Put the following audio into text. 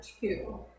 two